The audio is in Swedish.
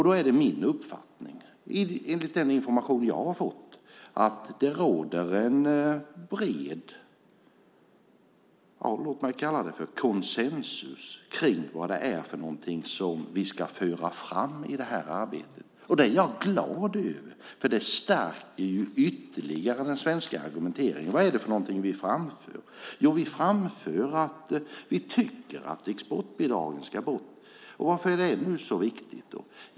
Då är det min uppfattning enligt den information jag har fått att det råder en bred konsensus kring vad det är för någonting som vi ska föra fram i det här arbetet. Det är jag glad över, för det stärker ytterligare den svenska argumenteringen. Vad är det som vi framför? Jo, vi framför att vi tycker att exportbidragen ska bort. Varför är det så viktigt?